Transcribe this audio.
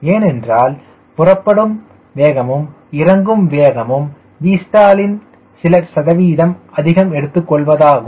ஏனென்றால் புறப்படும் வேகமும் இறங்கும் வேகமும் Vstall யின் சில சதவீதம் அதிகம் எடுத்து கொள்வதாகும்